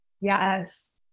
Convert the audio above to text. Yes